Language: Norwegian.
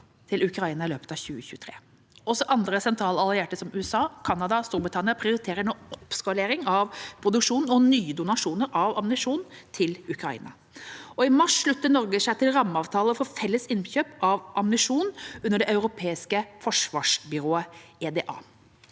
til Ukraina i løpet av 2023. Også andre sentrale allierte som USA, Canada og Storbritannia prioriterer nå oppskalering av produksjon og nye donasjoner av ammunisjon til Ukraina. I mars sluttet Norge seg til rammeavtalen for felles innkjøp av ammunisjon under Det europeiske forsvars byrået, EDA.